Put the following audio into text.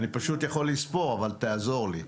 אני פשוט יכול לספור אבל תעזור לי.